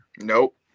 Nope